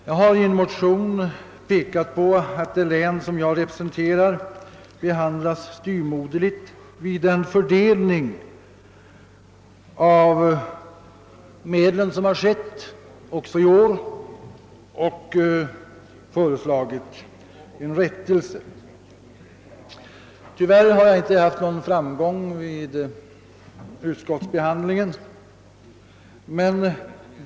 Jag har i en motion pekat på att det län som jag representerar också i år har behandlats styvmoderligt vid fördelningen av de medel det här gäller, och jag har i motionen föreslagit rättelse därvidlag. Tyvärr har jag inte haft någon framgång med motionen vid dess behandling i utskottet.